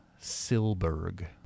Silberg